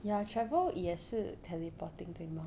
ya travel 也是 teleporting 对吗